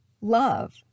love